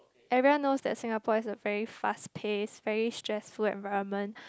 everyone knows that Singapore is a very fast pace very stressful environment